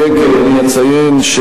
תציין את